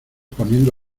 poniendo